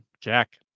Jack